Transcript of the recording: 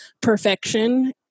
perfection